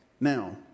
Now